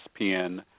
ESPN